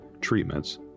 treatments